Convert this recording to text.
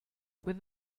with